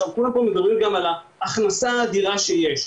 מדברים גם על ההכנסה האדירה שיש,